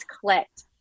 clicked